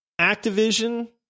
Activision